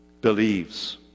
believes